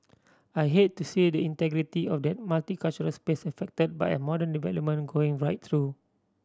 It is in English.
I'd hate to see the integrity of that multicultural space affected by a modern development going right through